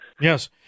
Yes